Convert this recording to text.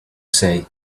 say